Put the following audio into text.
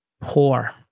Poor